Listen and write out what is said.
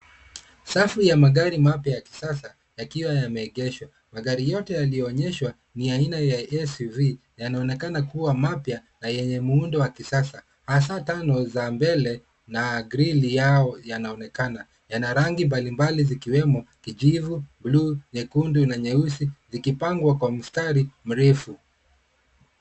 Safu ya magari mapya ya kisasa yakiwa yameegeshwa magari yote yaliyoonyeshwa ni aina ya SUV yanaonekana kuwa mapya na yenye muundo wa kisasa. Hasaa tano za mbele na grili yao yanaonekana. Yana rangi mbalimbali zikiwemo; kijivu, bluu, nyekundu na nyeusi, zikipangwa kwa mstari mrefu.